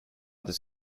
this